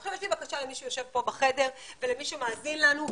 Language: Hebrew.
עכשיו יש לי בקשה למי שיושב פה בחדר ולמי שמאזין לנו,